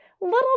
Little